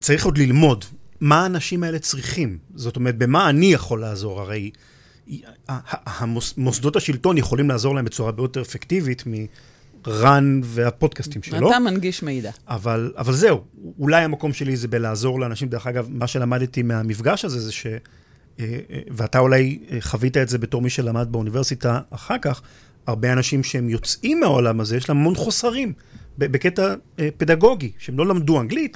צריך עוד ללמוד מה האנשים האלה צריכים. זאת אומרת, במה אני יכול לעזור? הרי מוסדות השלטון יכולים לעזור להם בצורה הרבה יותר אפקטיבית מרן והפודקאסטים שלו. אתה מנגיש מידע. אבל זהו, אולי המקום שלי זה בלעזור לאנשים. דרך אגב, מה שלמדתי מהמפגש הזה זה ש... ואתה אולי חווית את זה בתור מי שלמד באוניברסיטה אחר כך, הרבה אנשים שהם יוצאים מהעולם הזה, יש להם המון חוסרים. בקטע פדגוגי, שהם לא למדו אנגלית.